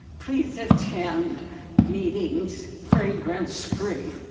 please attend meetings fragrance free,